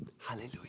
Hallelujah